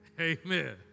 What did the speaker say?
Amen